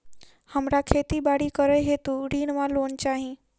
हमरा खेती बाड़ी करै हेतु ऋण वा लोन चाहि?